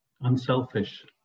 Unselfish